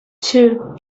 two